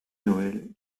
noëlle